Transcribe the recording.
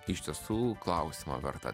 iš tiesų klausimo verta